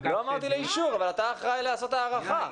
לא אמרתי לאישור, אבל אתה אחראי לעשות הערכה.